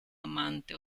amante